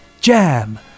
Jam